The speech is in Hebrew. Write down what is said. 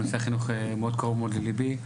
נושא החינוך מאוד קרוב לליבי.